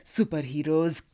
Superheroes